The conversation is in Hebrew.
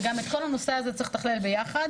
ואת כל הנושא הזה צריך לתכלל ביחד.